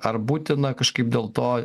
ar būtina kažkaip dėl to